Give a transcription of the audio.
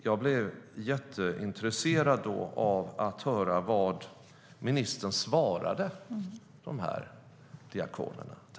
Jag blev då jätteintresserad av att höra vad ministern svarade diakonerna.